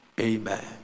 amen